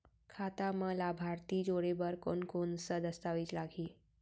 खाता म लाभार्थी जोड़े बर कोन कोन स दस्तावेज लागही?